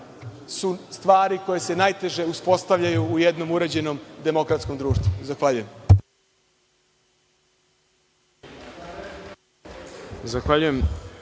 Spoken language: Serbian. su stvari koje se najteže uspostavljaju u jednom uređenom demokratskom društvu. Hvala.